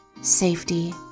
safety